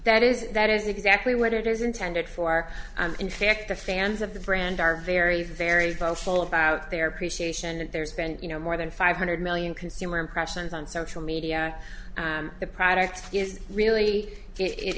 that is that is exactly what it is intended for and in fact the fans of the brand are very very thoughtful about their appreciation that there's been you know more than five hundred million consumer impressions on social media and the product is really